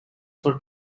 for